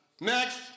Next